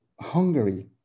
Hungary